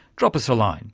drop us a line